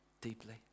deeply